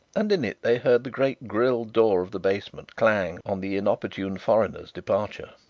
and in it they heard the great grille door of the basement clang on the inopportune foreigner's departure.